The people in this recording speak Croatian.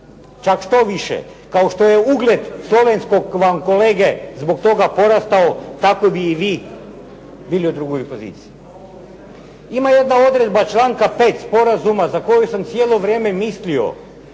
čak štoviše kao što je ugled slovenskog vam kolege zbog toga porastao tako bi i vi bili u drugoj poziciji. Ima jedna odredba članka 5. sporazuma za koju sam cijelo vrijeme mislio